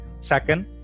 second